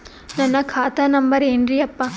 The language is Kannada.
ನನ್ನ ಖಾತಾ ನಂಬರ್ ಏನ್ರೀ ಯಪ್ಪಾ?